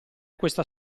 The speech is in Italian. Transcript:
questa